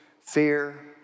fear